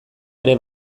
ere